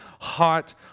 hot